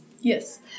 Yes